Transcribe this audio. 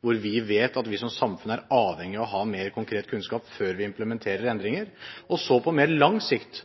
hvor vi vet at vi som samfunn er avhengig av å ha mer konkret kunnskap før vi implementerer endringer. På mer lang sikt